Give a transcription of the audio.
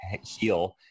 heal